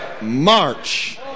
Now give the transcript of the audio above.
march